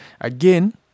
again